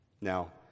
Now